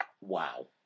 Wow